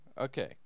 Okay